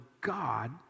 God